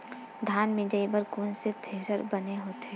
धान मिंजई बर कोन से थ्रेसर बने होथे?